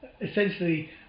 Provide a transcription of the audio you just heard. essentially